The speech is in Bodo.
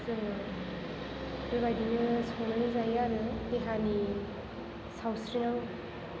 जोङो बेबायदिनो संनानै जायो आरो देहानि सावस्रियाव